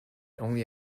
only